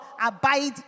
abide